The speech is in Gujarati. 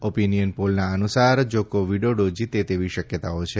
ઓપીનીયન પોલના અનુસાર જાકો વિડોડો જીતે તેવી શકયતાઓ છે